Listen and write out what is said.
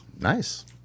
nice